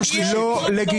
התייחסות של הייעוץ המשפטי.